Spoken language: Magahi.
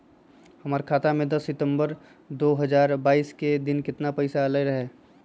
हमरा खाता में दस सितंबर दो हजार बाईस के दिन केतना पैसा अयलक रहे?